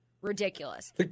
Ridiculous